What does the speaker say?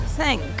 Thank